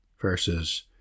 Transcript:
Verses